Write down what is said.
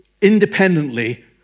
independently